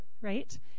Right